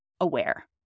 aware